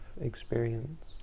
experience